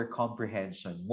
comprehension